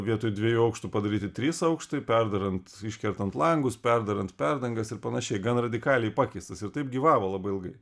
vietoj dviejų aukštų padaryti trys aukštai perdarant iškertant langus perdarant perdangas ir panašiai gan radikaliai pakeistas ir taip gyvavo labai ilgai